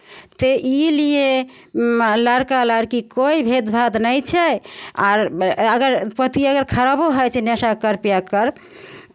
तऽ ई लिए लड़का लड़की कोइ भेदभाद नहि छै आर अगर पति अगर खराबो हइ छै नशाकर पियक्कर